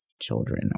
children